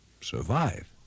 Survive